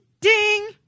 Ding